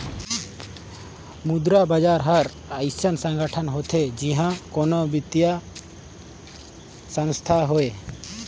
मुद्रा बजार हर अइसन संगठन होथे जिहां कोनो बित्तीय संस्थान होए